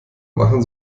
machen